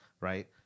right